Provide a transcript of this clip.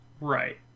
Right